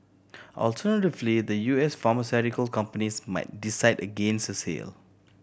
alternatively the U S pharmaceutical company might decide against a sale